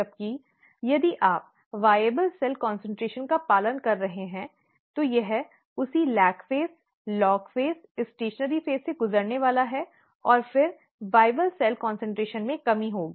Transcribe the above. जबकि यदि आप वाइअबल सेल एकाग्रता का पालन कर रहे हैं तो यह उसी लैग चरण लॉग चरण स्टेशनरी चरण से गुजरने वाला है और फिर वाइअबल सेल एकाग्रता में कमी होगी